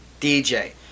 DJ